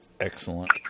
excellent